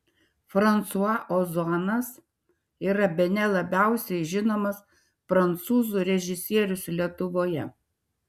fransua ozonas yra bene labiausiai žinomas prancūzų režisierius lietuvoje